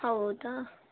ಹೌದಾ